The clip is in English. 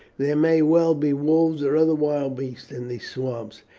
there may well be wolves or other wild beasts in these swamps.